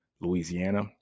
Louisiana